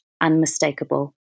unmistakable